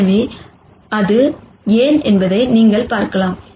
எனவே அது ஏன் என்பதை நீங்கள் பார்க்கலாம்